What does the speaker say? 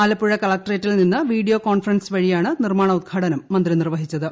ആലപ്പുഴ കളക്ട്രേറ്റിൽ നിന്ന് video conference വഴിയാണ് നിർമാണ ഉദ്ഘാടനം മന്ത്രി നിർവഹിച്ചത്